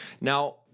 Now